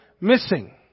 missing